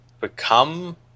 become